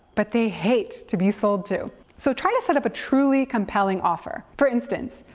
but they hate to be sold to. so, try to set up a truly compelling offer. for instance,